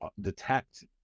detect